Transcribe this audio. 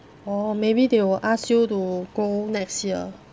orh maybe they will ask you to go next year